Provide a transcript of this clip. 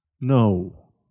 no